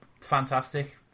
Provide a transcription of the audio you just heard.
fantastic